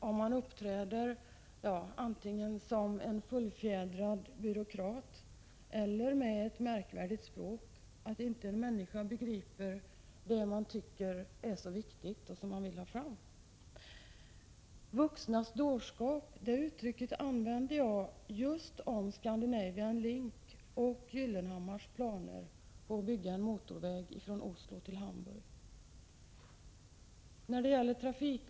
Om man uppträder som en fullfjädrad byråkrat eller talar ett märkvärdigt språk, är det förresten risk för att människan inte begriper det man tycker är så viktigt och vill ha fram. Uttrycket vuxnas dårskap använde jag om just Scandinavian Link och Gyllenhammars planer på att bygga en motorväg från Oslo till Hamburg.